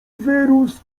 wyrósł